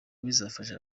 bizafasha